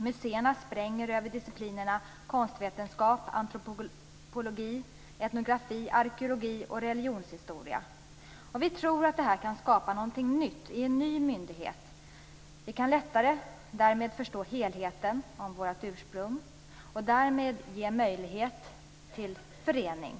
Museerna spränger över disciplinerna konstvetenskap, antropologi, etnografi, arkeologi och religionshistoria. Vi tror att detta kan skapa något nytt i en ny myndighet. Vi kan lättare förstå helheten om vårt ursprung och därmed ge möjligheter till förening.